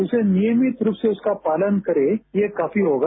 उसे नियमित रूप से उसका पालन करे ये काफी होगा